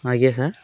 ଆଜ୍ଞା ସାର୍